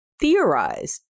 theorized